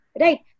Right